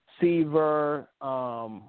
Seaver